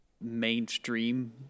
mainstream